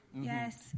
yes